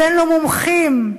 הבאנו מומחים,